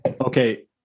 okay